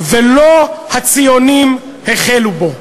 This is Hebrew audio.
ולא הציונים החלו בו.